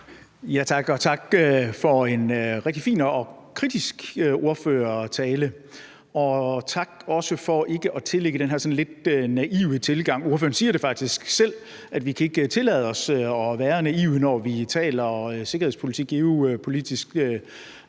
tak for en rigtig fin og kritisk ordførertale. Også tak for ikke at anlægge den her sådan lidt naive tilgang. Ordføreren siger det faktisk selv, nemlig at vi ikke kan tillade os at være naive, når vi taler sikkerhedspolitik geopolitisk